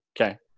Okay